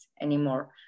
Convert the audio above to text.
anymore